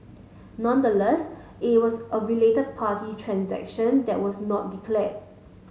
nonetheless it was a related party transaction that was not declared